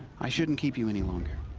i shouldn't keep you any longer.